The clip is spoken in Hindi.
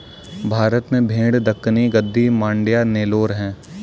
भारत में भेड़ दक्कनी, गद्दी, मांड्या, नेलोर है